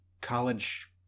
college